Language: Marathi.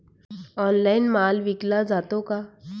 ऑनलाइन माल विकला जातो का?